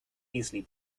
easily